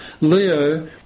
Leo